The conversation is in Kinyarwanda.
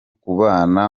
kubana